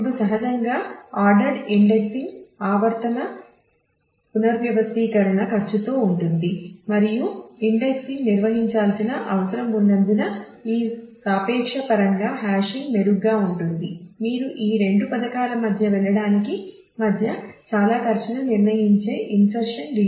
ఇప్పుడు సహజంగా ordered indexing చూడాలి